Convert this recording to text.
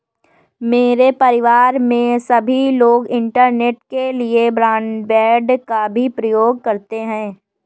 मेरे परिवार में सभी लोग इंटरनेट के लिए ब्रॉडबैंड का भी प्रयोग करते हैं